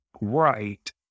right